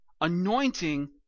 anointing